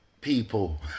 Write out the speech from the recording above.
people